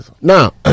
now